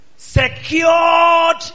Secured